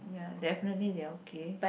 ya definitely they are okay